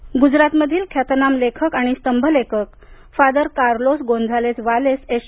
निधन गुजरातमधील ख्यातनाम लेखक आणि स्तंभलेखक father Carlos Gonzalez Valles S